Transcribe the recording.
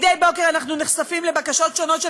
מדי בוקר אנחנו נחשפים לבקשות שונות של